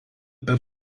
per